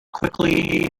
quickly